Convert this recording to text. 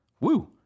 Woo